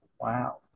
Wow